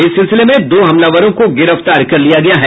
इस सिलसिले में दो हमलावरों को गिरफ्तार किया गया है